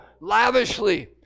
lavishly